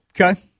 Okay